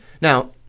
Now